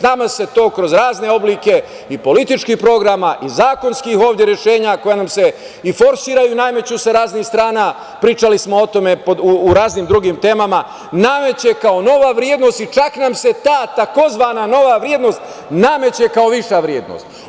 Nama se to kroz razne oblike i političkih programa i zakonskih ovde rešenja koja nam se forsiraju i nameću sa raznih strana, pričali smo o tome u raznim drugim temama, nameće kao nova vrednost i čak nam se ta tzv. nova vrednost nameće kao viša vrednost.